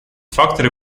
факторы